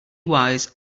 wise